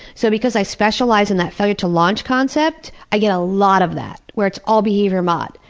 so because i specialize in that failure to launch concept, i get a lot of that, where it's all behavior mod.